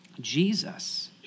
Jesus